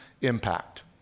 impact